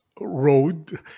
road